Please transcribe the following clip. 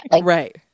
right